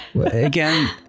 Again